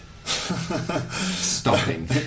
stopping